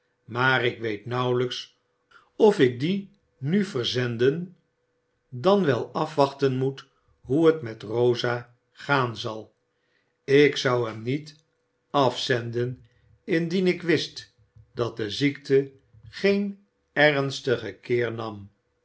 maar ik weet nauwelijks of ik dien nu verzenden dan wél afwachten moet hoe het met rosa gaan zal ik zou hem niet afzenden indien ik wist dat de ziekte geen ernstigen keer nam